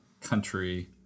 country